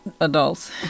adults